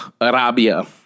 Arabia